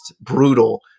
brutal